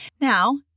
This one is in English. Now